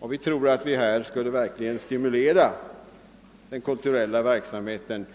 och vi tror att ett genomförande av det förslag vi framlagt verkligen skulle stimulera den kulturella verksamheten.